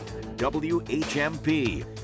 WHMP